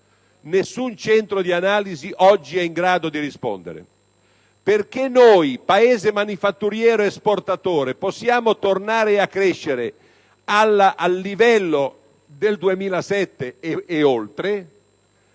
nessun centro di analisi oggi è in grado di rispondere. Infatti, perché noi, Paese manufatturiero‑esportatore, possiamo tornare a crescere al livello del 2007 e oltre,